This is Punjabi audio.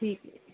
ਠੀਕ